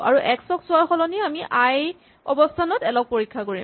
আৰু এক্স ক চোৱাৰ সলনি আমি আই অৱস্হানত এল ক পৰীক্ষা কৰিম